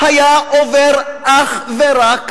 היה עובר אך ורק